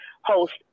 host